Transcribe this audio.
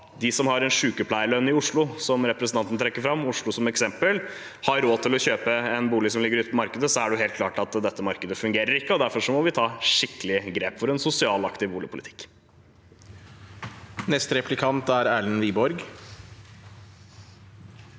dem som har en sykepleierlønn i Oslo – representanten trekker fram Oslo som eksempel – har råd til å kjøpe en bolig som ligger ute på markedet, så er det helt klart at dette markedet ikke fungerer. Derfor må vi ta skikkelige grep for en sosial og aktiv boligpolitikk. Mo rten Wo